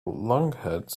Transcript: lunkheads